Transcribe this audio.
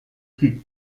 titre